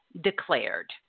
declared